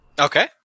Okay